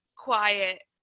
quiet